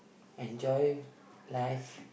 enjoy life